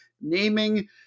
naming